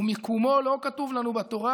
ומיקומו לא כתוב לנו בתורה.